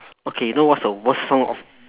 okay you know what's the worst song of